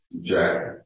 Jack